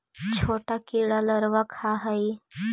छोटा कीड़ा लारवा खाऽ हइ